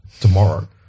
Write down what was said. tomorrow